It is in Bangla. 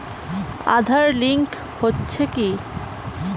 আঁধার লিঙ্ক হচ্ছে কি?